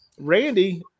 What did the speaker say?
Randy